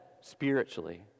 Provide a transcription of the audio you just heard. spiritually